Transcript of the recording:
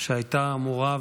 שהייתה אמורה,